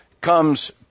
comes